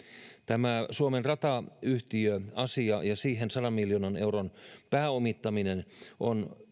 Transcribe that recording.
tämä suomen rata yhtiön asia ja siihen sadan miljoonan euron pääomittaminen on